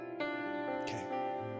Okay